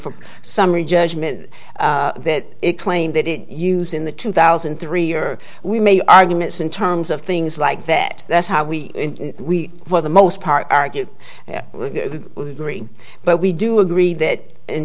for summary judgment that it claimed that it used in the two thousand and three or we may arguments in terms of things like that that's how we we for the most part argue green but we do agree that in